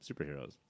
superheroes